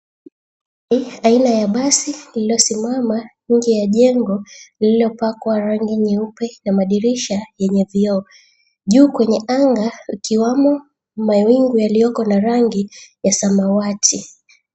Hii ni aina ya basi lililosimama nje ya jengo lililopakwa rangi nyeupe na madirisha yenye vyoo. Juu kwenye anga ikiwamo mawingu yaliyo na rangi ya samawati.